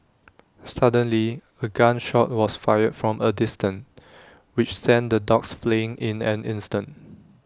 suddenly A gun shot was fired from A distance which sent the dogs fleeing in an instant